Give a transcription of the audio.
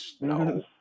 No